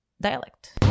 dialect